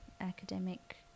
academic